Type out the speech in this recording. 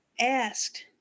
asked